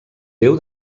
déu